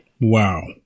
Wow